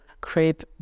create